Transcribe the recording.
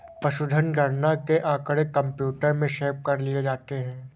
पशुधन गणना के आँकड़े कंप्यूटर में सेव कर लिए जाते हैं